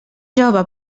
jove